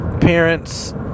parents